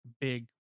big